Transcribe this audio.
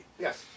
Yes